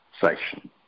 section